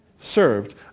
served